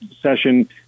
session